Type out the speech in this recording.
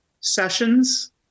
Sessions